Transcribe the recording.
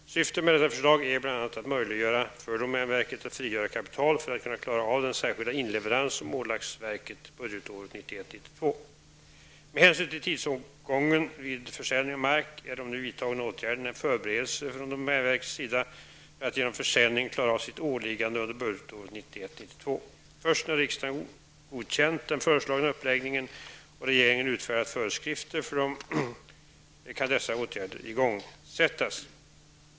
Syftet med detta förslag är bl.a. att möjliggöra för domänverket att frigöra kapital för att kunna klara av den särskilda inleverans som ålagts verket budgetåret 1991 92. Först när riksdagen godkänt den föreslagna uppläggningen och regeringen utfärdat föreskrifter för dem kan dessa åtgärder igångsättas.